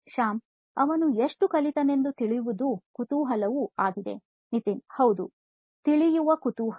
ಶ್ಯಾಮ್ ಅವನು ಎಷ್ಟು ಕಲಿತನೆಂದು ತಿಳಿಯುವುದು ಕುತೂಹಲವು ಆಗಿದೆ ನಿತಿನ್ ಹೌದು ತಿಳಿಯುವ ಕುತೂಹಲ